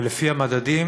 ולפי המדדים